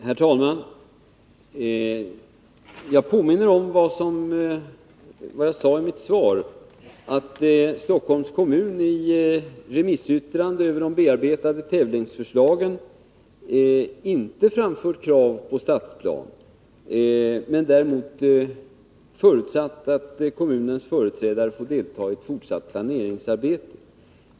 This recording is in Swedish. Herr talman! Jag påminner om vad jag sade i mitt svar, att Stockholms kommun i sina remissyttranden över de bearbetade tävlingsförslagen inte framfört krav på stadsplan, men förutsatt att kommunens företrädare får delta i det fortsatta planeringsarbetet.